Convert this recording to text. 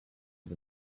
the